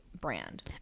brand